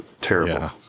Terrible